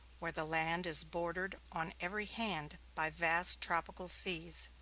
where the land is bordered on every hand by vast tropical seas,